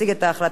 יציג את ההחלטה,